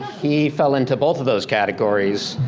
he fell into both of those categories.